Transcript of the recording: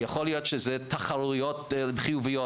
יכול להיות שזה תחרותיות חיוביות,